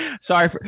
Sorry